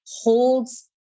holds